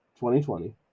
2020